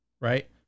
right